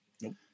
Nope